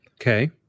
Okay